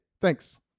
Thanks